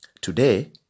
Today